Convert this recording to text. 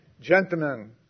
Gentlemen